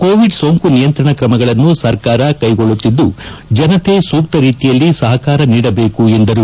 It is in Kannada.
ಕೋವಿಡ್ ಸೋಂಕು ನಿಯಂತ್ರಣ ಕ್ರಮಗಳನ್ನು ಸರ್ಕಾರ ಕೈಗೊಳ್ಳುತ್ತಿದ್ದು ಜನತೆ ಸೂಕ್ತ ರೀತಿಯಲ್ಲಿ ಸಹಕಾರ ನೀಡಬೇಕು ಎಂದರು